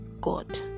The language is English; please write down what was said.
god